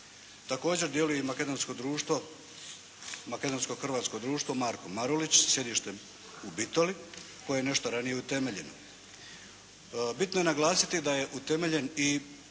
Također djeluje i Makedonsko-hrvatsko društvo "Marko Marulić" sa sjedištem u Bitoli koje je nešto ranije utemeljeno. Bitno je naglasiti da je utemeljen i